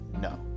no